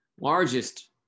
largest